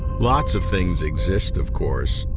lots of things exist, of course,